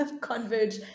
converge